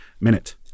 minute